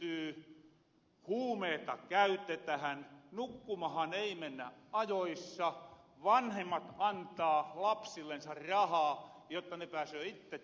koulunkäynti pirentyy huumeeta käytetähän nukkumahan ei mennä ajoissa vanhemmat antaa lapsillensa rahaa jotta ne pääsöö itte rilluttelemahan